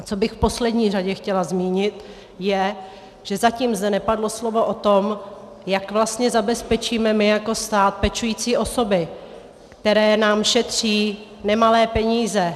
Co bych v poslední řadě chtěla zmínit, je, že zatím zde nepadlo slovo o tom, jak vlastně zabezpečíme my jako stát pečující osoby, které nám šetří nemalé peníze.